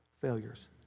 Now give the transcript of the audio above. failures